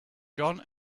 john